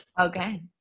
okay